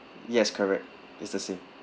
yes correct it's the same